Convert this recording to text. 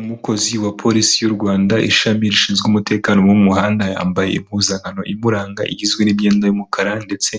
Umukozi wa polisi y'u Rwanda, ishami rishinzwe umutekano wo mu muhanda, yambaye impuzankano imuranga igizwe n'imyenda y'umukara ndetse